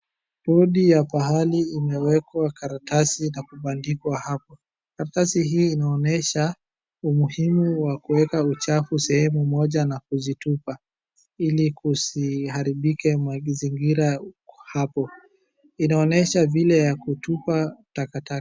Bodi ya pahali imewekwa karatasi na kubandikwa hapa, karatasi hii inaonesha umuhimu wa kuweka uchafu sehemu moja na kuzitupa, ili kusiharibike mazingira hapo. Inaonesha vile ya kutupa takataka.